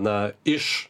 na iš